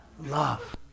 love